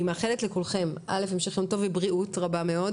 אני מאחלת לכולכם קודם כל המשך יום טוב ובריאות רבה מאוד